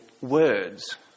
words